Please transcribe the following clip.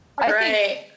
right